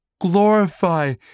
glorify